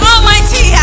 Almighty